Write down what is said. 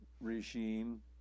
regime